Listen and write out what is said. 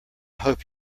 hope